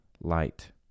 light